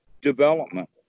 development